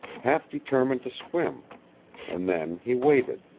half determined to swim and then he waited,